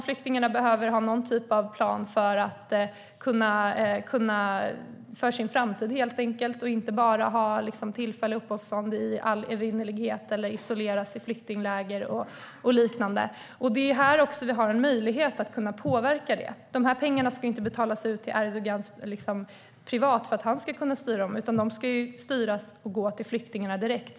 Flyktingarna behöver ha någon typ av plan för sin framtid, helt enkelt. De kan inte bara ha tillfälliga uppehållstillstånd i all evinnerlighet, isoleras i flyktingläger och liknande. Det är här vi har en möjlighet att påverka detta. Pengarna ska inte betalas ut till Erdogan privat för att han ska kunna styra dem, utan de ska styras och gå till flyktingarna direkt.